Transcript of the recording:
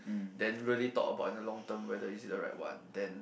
then really thought about in the long term whether is it the right one then